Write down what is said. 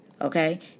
okay